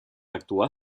actuar